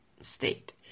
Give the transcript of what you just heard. state